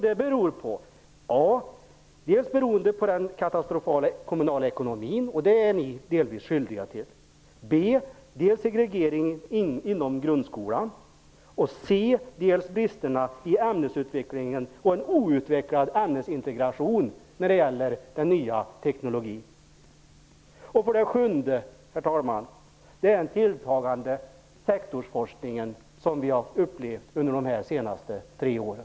Det beror på den katastrofala kommunala ekonomin, som ni delvis är skyldiga till. Det beror på segregeringen inom grundskolan, och det beror på bristerna i ämnesutvecklingen och en outvecklad ämnesintegration när det gäller den nya teknologin. För det sjunde har vi upplevt en tilltagande sektorsforskning under de senaste tre åren.